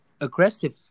aggressive